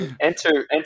enter